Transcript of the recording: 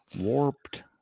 Warped